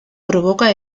provoca